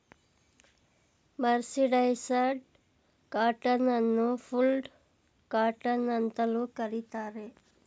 mercerised cotton ಅನ್ನು ಫುಲ್ಡ್ cotton ಅಂತಲೂ ಕರಿತಾರೆ